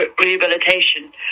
rehabilitation